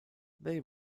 they